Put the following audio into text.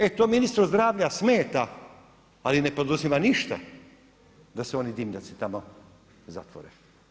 E to ministru zdravlja smeta, ali ne poduzima ništa, da se oni dimnjaci tamo zatvore.